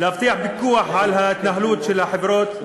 להבטיח פיקוח על ההתנהלות של החברות,